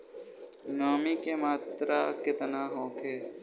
नमी के मात्रा केतना होखे?